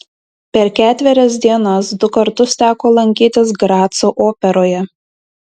per ketverias dienas du kartus teko lankytis graco operoje